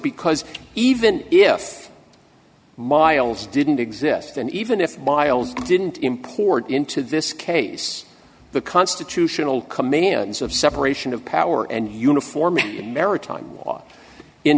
because even if miles didn't exist and even if miles didn't import into this case the constitutional commands of separation of power and uniform